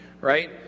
right